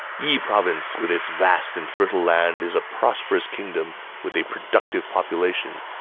yi province, with its vast and fertile land, is a prosperous kingdom with a productive population.